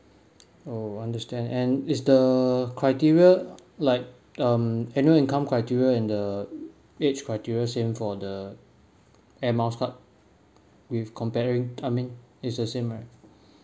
oh understand and is the criteria like um annual income criteria and the age criteria same for the air miles cards with comparing I mean it's the same right